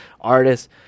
artists